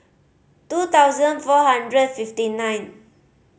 two thousand four hundred fifty nine